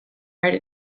write